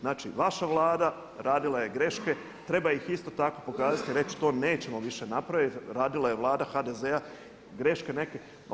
Znači vaša Vlada radila je greške, treba ih isto tako pokazati i reći to nećemo više napraviti, radila je Vlada HDZ-a greške neke.